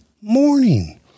morning